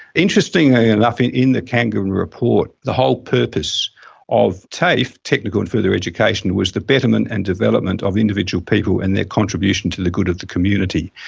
interestingly enough, in in the kangan report the whole purpose of tafe, technical and further education, was the betterment and development of individual people and their contribution to the good of the community.